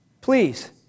Please